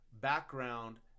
background